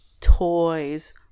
toys